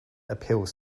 appeals